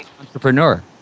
entrepreneur